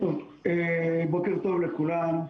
בוקר טוב לכולם.